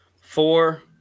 four